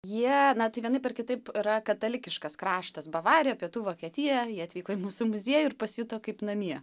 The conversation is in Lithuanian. jie na tai vienaip ar kitaip yra katalikiškas kraštas bavarija pietų vokietija jie atvyko į mūsų muziejų ir pasijuto kaip namie